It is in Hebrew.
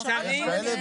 יש כאלה ויש